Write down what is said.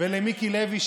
ולמיקי לוי,